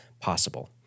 possible